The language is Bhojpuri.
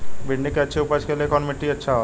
भिंडी की अच्छी उपज के लिए कवन मिट्टी अच्छा होला?